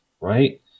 right